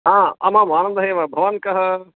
हा आमाम् अहमेव एव भवान् कः